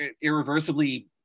irreversibly